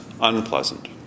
unpleasant